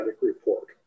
report